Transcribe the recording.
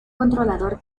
controlador